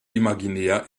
imaginär